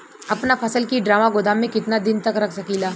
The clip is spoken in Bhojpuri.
अपना फसल की ड्रामा गोदाम में कितना दिन तक रख सकीला?